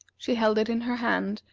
she held it in her hand,